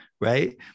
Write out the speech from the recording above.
right